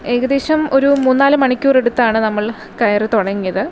ഏകദേശം ഒരു മൂന്ന് നാല് മണിക്കൂർ എടുത്താണ് നമ്മൾ കയറി തുടങ്ങിയത്